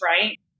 right